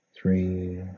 Three